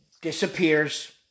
disappears